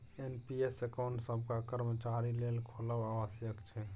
NPS account नबका कर्मचारी लेल खोलब आबश्यक छै